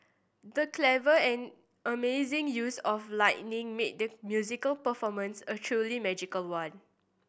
the clever and amazing use of lighting made the musical performance a truly magical one